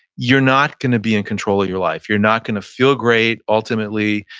you're not going to be in control of your life. you're not going to feel great ultimately,